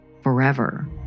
forever